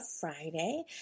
Friday